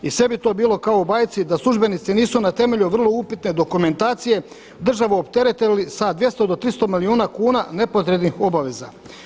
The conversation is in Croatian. I sve bi to bilo kao u bajci da službenici nisu na temelju vrlo upitne dokumentacije državu opteretili sa 200 do 300 milijuna kuna nepotrebnih obaveza.